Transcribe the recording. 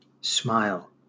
smile